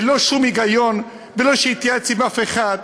בלי שום היגיון, בלא שהתייעץ עם אף אחד,